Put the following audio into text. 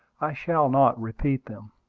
i shall not repeat them.